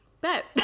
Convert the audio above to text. Bet